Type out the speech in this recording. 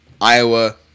iowa